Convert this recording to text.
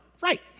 right